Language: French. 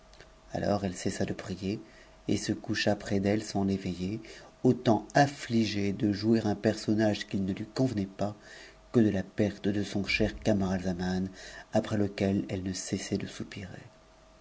alors eue cessa de prier et se coucha près d'elle sans évei er autant anigée de jouer un personnage qui ne lui convenait pas que de la perte de son cher camaratitaman après lequel elle ne cessait de soupirer